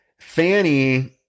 Fanny